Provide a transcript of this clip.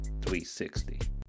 360